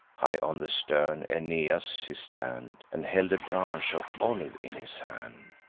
high on the stern aeneas his stand, and held a branch of olive in his hand,